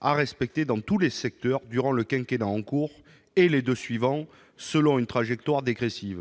à respecter dans tous les secteurs durant le quinquennat en cours et les deux suivants, selon une trajectoire dégressive.